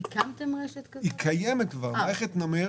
היא קיימת כבר, מערכת נמר